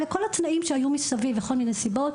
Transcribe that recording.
אלא כל התנאים שהיו מסביב וכל מיני סיבות.